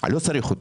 אני לא צריך אותו.